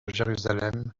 jérusalem